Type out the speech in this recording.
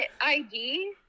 id